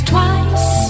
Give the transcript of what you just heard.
twice